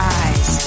eyes